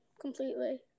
completely